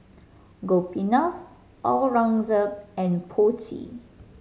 Gopinath Aurangzeb and Potti